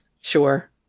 Sure